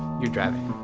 you're driving.